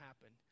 happen